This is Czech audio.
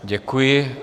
Děkuji.